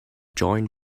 join